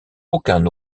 aucun